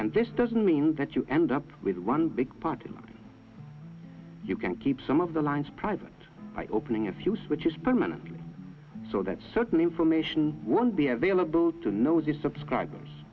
and this doesn't mean that you end up with one big party you can keep some of the lines private eye opening if you switch is permanently so that certain information won't be available to know the subscribers